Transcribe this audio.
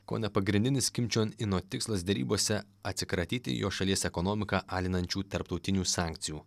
kone pagrindinis kim čion ino tikslas derybose atsikratyti jo šalies ekonomiką alinančių tarptautinių sankcijų